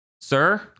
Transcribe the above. Sir